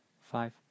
five